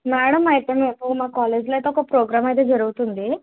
madam అయితే రేపు నా కాలేజీలో అయితే ఒక ప్రోగ్రాం అయితే జరుగుతుంది